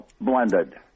blended